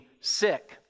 sick